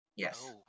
Yes